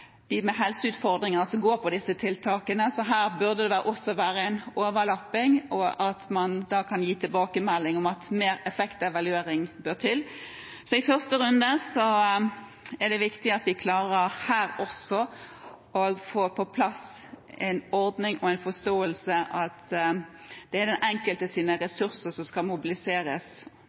de med helseutfordringer som går på disse tiltakene. Her burde det være en overlapping, og tilbakemeldingen er at mer effektevaluering må til. I første runde er det viktig at vi også her klarer å få på plass en ordning for og en forståelse av at det er den